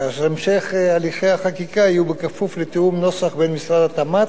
כאשר המשך הליכי החקיקה יהיה כפוף לתיאום נוסח בין משרדי התמ"ת,